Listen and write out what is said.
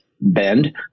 bend